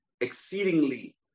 exceedingly